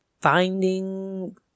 finding